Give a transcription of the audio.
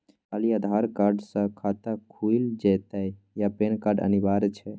खाली आधार कार्ड स खाता खुईल जेतै या पेन कार्ड अनिवार्य छै?